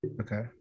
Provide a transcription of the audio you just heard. Okay